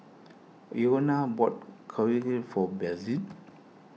Rhona bought Korokke for Bethzy